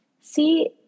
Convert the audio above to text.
See